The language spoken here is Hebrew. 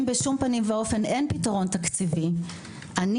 אם בשום פנים ואופן אין פתרון תקציבי אני